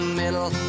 middle